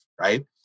right